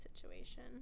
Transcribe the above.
situation